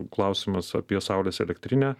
klausimas apie saulės elektrinę